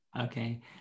Okay